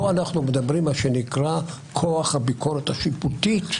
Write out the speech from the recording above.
פה אנחנו מדברים על מה שנקרא כוח הביקורת השיפוטית,